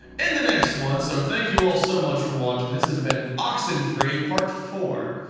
in the next one, so thank you all so much for watching this has been oxenfree part four.